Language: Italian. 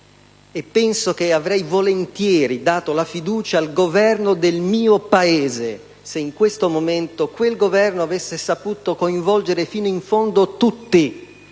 penso che avrei dato volentieri la fiducia al Governo del mio Paese se in questo momento quel Governo avesse saputo coinvolgere fino in fondo tutti in